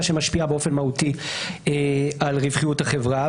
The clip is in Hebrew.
שמשפיעה באופן מהותי על רווחיות החברה,